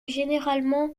généralement